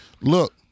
Look